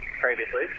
previously